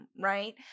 right